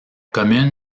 commune